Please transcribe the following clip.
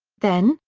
then,